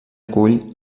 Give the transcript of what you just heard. acull